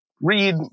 read